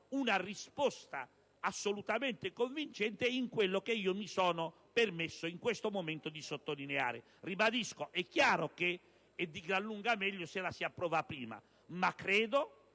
una risposta assolutamente convincente quello che mi sono permesso in questo momento di sottolineare. È chiaro che è di gran lunga meglio se la si approva prima, ma credo